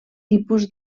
tipus